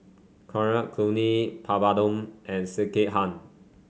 Coriander Chutney Papadum and Sekihan